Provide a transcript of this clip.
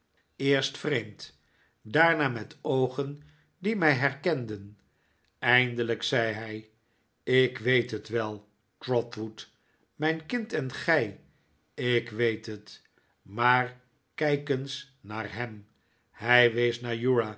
eerst vreemd daarna met oogen die mij herkenden eindelijk zei hij ik weet het wel trotwood mijn kind en gij ik weet het maar kijk eens naar hem hij wees